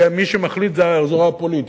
כי מי שמחליט זה הזרוע הפוליטית,